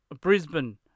Brisbane